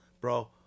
bro